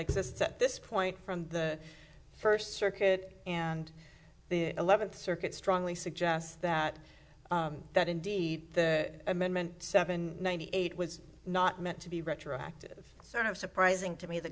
exists at this point from the first circuit and the eleventh circuit strongly suggests that that indeed the amendment seven ninety eight was not meant to be retroactive sort of surprising to me the